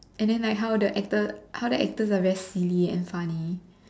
and then like how the actor how the actors are very silly and funny